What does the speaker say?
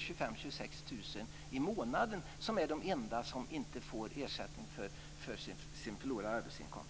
25 000 26 000 kr i månaden, vilka är de enda som inte får ersättning för sin förlorade arbetsinkomst.